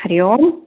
हरिः ओम्